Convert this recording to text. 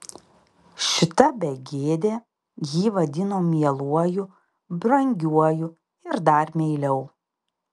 šita begėdė jį vadino mieluoju brangiuoju ir dar meiliau